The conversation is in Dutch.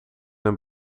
een